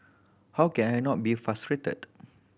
how can I not be frustrated